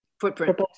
footprint